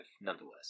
nonetheless